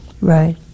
Right